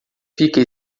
fica